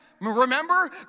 Remember